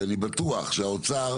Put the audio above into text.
אני בטוח שהאוצר,